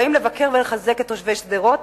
באים לבקר ולחזק את תושבי שדרות,